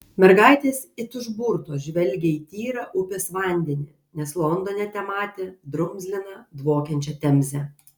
mergaitės it užburtos žvelgė į tyrą upės vandenį nes londone tematė drumzliną dvokiančią temzę